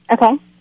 Okay